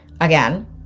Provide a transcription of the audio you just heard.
again